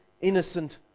innocent